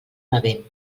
bevent